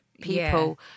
people